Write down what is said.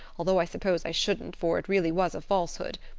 although i suppose i shouldn't for it really was a falsehood.